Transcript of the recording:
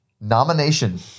Nomination